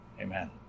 Amen